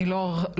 אני לא אאריך,